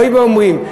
באים ואומרים,